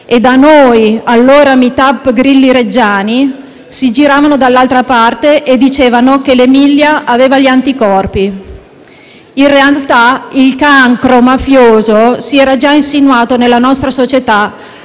e da noi, allora Meet Up Grilli Reggiani, si giravano dall'altra parte e dicevano che l'Emilia aveva gli anticorpi. In realtà, il cancro mafioso si era già insinuato nella nostra società